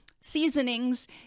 seasonings